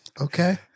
okay